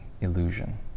illusion